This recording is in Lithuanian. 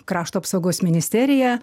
krašto apsaugos ministerija